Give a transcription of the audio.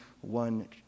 one